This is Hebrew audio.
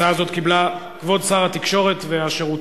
הצעת חוק התקשורת (בזק ושידורים)